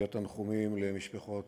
למשפחות